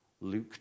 Luke